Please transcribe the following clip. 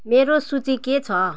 मेरो सूची के छ